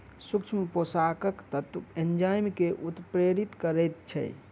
सूक्ष्म पोषक तत्व एंजाइम के उत्प्रेरित करैत छै